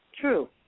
true